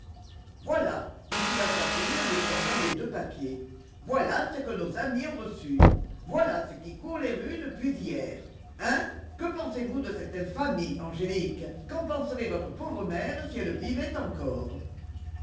voilà dit-il à sa fille en lui tendant les deux papiers voilà ce que nos amis ont reçu voilà ce qui court les rues depuis hier hein que pensez-vous de cette infamie angélique qu'en penserait votre pauvre mère si elle vivait encore